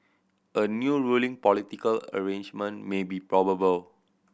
a new ruling political arrangement may be probable